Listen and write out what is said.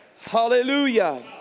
Hallelujah